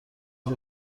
گیج